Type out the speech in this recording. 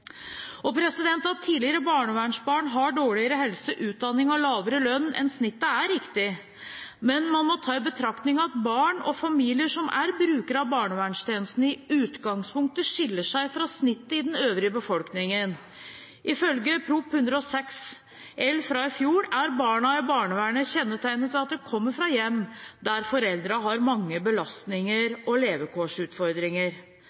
At tidligere barnevernsbarn har dårligere helse, mindre utdanning og lavere lønn enn snittet, er riktig. Men man må ta i betraktning at barn og familier som er brukere av barnevernstjenesten, i utgangspunktet skiller seg fra snittet i den øvrige befolkningen. Ifølge Prop. 106 L fra i fjor er barna i barnevernet kjennetegnet av at de kommer fra hjem der foreldrene har mange